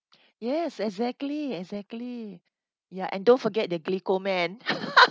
yes exactly exactly ya and don't forget the glico man